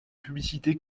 publicité